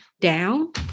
down